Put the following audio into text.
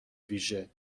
ویژه